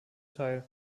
teil